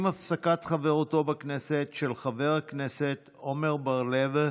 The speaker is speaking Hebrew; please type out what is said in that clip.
עם הפסקת חברותו בכנסת של חבר הכנסת עמר בר לב,